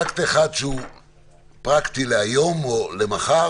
טקט אחד שהוא פרקטי להיום או למחר,